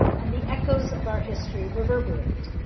and the echos of our history reverberate.